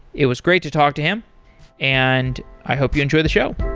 it was great to talk to him and i hope you enjoy the show.